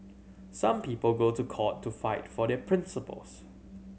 some people go to court to fight for their principles